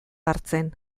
hartzen